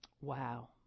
Wow